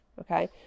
okay